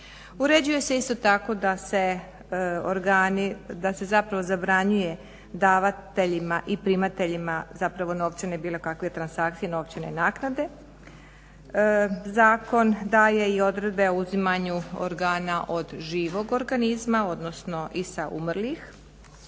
Uređuje se isto tako da se organi, da se zapravo zabranjuje davateljima i primateljima zapravo bilo kakve novačen transakcije novčane naknade. Zakon daje odredbe i uzimanju organa od živog organizma odnosno i sa umrlih.